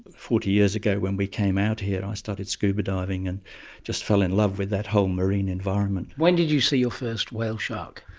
forty years ago when we came out here i started scuba-diving and just fell in love with that whole marine environment. when did you see your first whale shark?